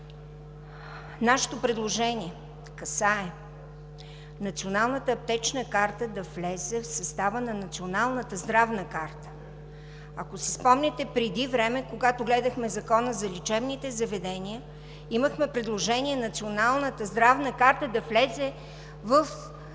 Нашето предложение касае Националната аптечна карта да влезе в състава на Националната здравна карта. Ако си спомняте, преди време, когато гледахме Закона за лечебните заведения, имахме предложение Националната здравна карта да влезе в Закона за здравето,